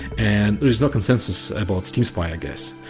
and there is no consensus about steam spy, i guess.